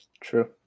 True